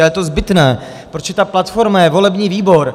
A je to zbytné, protože ta platforma je volební výbor.